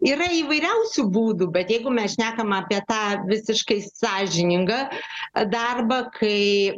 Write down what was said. yra įvairiausių būdų bet jeigu mes šnekam apie tą visiškai sąžiningą darbą kai